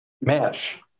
mesh